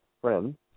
friend